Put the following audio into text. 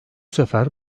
sefer